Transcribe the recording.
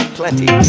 plenty